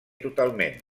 totalment